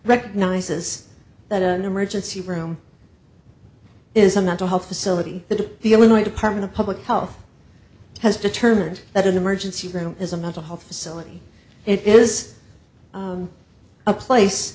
recognizes that an emergency room is a mental health facility the illinois department of public health has determined that an emergency room is a mental health facility it is a place